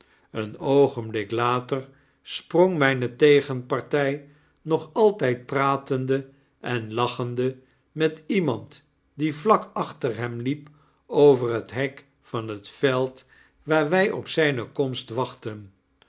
een oogenblik later sprong raijne tegenparty nog altyd pratende en lachende met ieraand die vlak achter hem liep over het hek van het veld waar wy op zyne komst wachtten